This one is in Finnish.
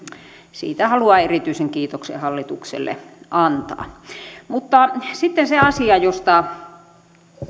siitä haluan erityisen kiitoksen hallitukselle antaa mutta sitten se asia josta